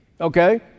Okay